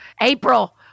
April